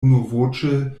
unuvoĉe